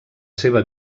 seva